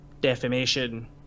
defamation